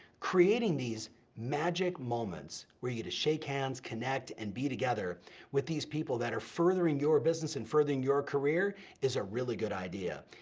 creating these magic moments where you get to shake hands, connect, and be together with these people that are furthering your business and furthering your career is a really good idea.